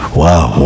wow